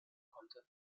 konnte